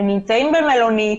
הם נמצאים במלונית,